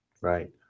Right